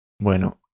Bueno